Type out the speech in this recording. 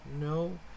no